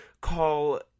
call